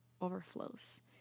overflows